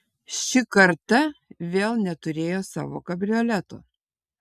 ši karta vėl neturėjo savo kabrioleto